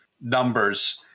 numbers